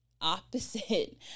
opposite